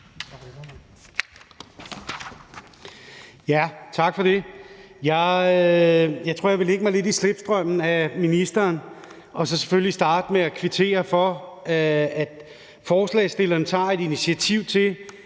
Jeg tror, jeg vil lægge mig lidt i slipstrømmen af ministeren og så selvfølgelig starte med at kvittere for, at forslagsstillerne tager et initiativ til,